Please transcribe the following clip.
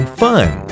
fun